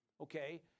okay